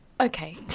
Okay